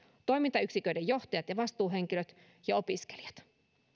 toimintayksiköiden johtajat ja vastuuhenkilöt ja opiskelijat